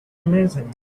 amazing